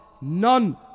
none